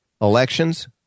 elections